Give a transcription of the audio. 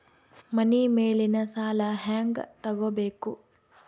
ಮನಿ ಮೇಲಿನ ಸಾಲ ಹ್ಯಾಂಗ್ ತಗೋಬೇಕು?